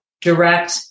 direct